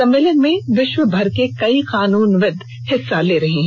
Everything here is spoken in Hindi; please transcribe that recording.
सम्मेलन में विश्व भर के कई कानूनविद् हिस्सा ले रहे हैं